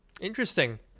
Interesting